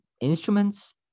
instruments